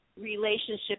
relationship